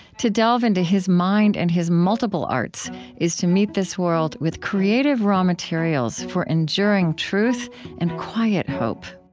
to delve into his mind and his multiple arts is to meet this world with creative raw materials for enduring truth and quiet hope